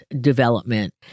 development